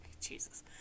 Jesus